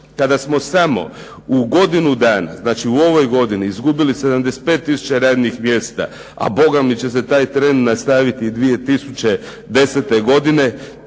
kada smo samo u godinu dana, znači u ovoj godini, izgubili 75 tisuća radnih mjesta, a bogami će se taj trend nastaviti i 2010. godine